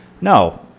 No